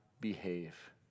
behave